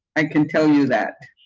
i can tell you that.